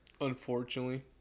Unfortunately